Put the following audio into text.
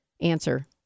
answer